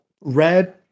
red